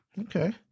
okay